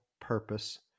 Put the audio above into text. purpose